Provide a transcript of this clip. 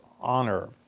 honor